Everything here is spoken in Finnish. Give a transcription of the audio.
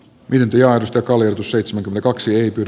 myyntiarvosta calin seitsemän kaksi ja